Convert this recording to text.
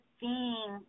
seeing